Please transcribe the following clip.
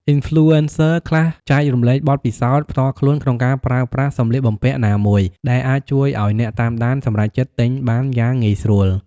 អុីនផ្លូអេនសឹ ខ្លះចែករំលែកបទពិសោធន៍ផ្ទាល់ខ្លួនក្នុងការប្រើប្រាស់សម្លៀកបំពាក់ណាមួយ ដែលអាចជួយឲ្យអ្នកតាមដានសម្រេចចិត្តទិញបានយ៉ាងងាយស្រួល។